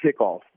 kickoff